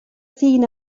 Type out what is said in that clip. seen